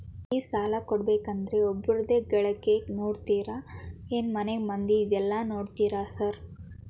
ಈ ಸಾಲ ಕೊಡ್ಬೇಕಂದ್ರೆ ಒಬ್ರದ ಗಳಿಕೆ ನೋಡ್ತೇರಾ ಏನ್ ಮನೆ ಮಂದಿದೆಲ್ಲ ನೋಡ್ತೇರಾ ಸಾರ್?